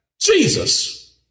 Jesus